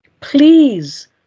Please